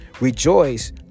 Rejoice